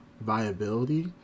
viability